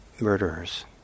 murderers